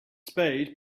spade